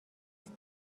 است